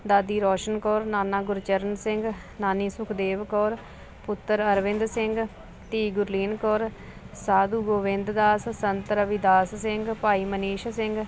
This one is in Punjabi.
ਦਾਦੀ ਰੌਸ਼ਨ ਕੌਰ ਨਾਨਾ ਗੁਰਚਰਨ ਸਿੰਘ ਨਾਨੀ ਸੁਖਦੇਵ ਕੌਰ ਪੁੱਤਰ ਅਰਵਿੰਦ ਸਿੰਘ ਧੀ ਗੁਰਲੀਨ ਕੌਰ ਸਾਧੂ ਗੋਬਿੰਦ ਦਾਸ ਸੰਤ ਰਵਿਦਾਸ ਸਿੰਘ ਭਾਈ ਮਨੀਸ਼ ਸਿੰਘ